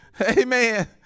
Amen